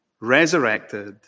resurrected